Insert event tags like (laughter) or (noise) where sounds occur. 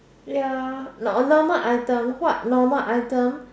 ya (noise) normal item what normal item